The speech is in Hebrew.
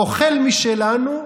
אוכל משלנו,